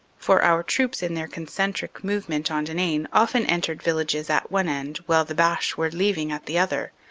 for our troops in their concentric movement on denain often entered villages at one end while the boche were leaving at the other,